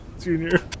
Junior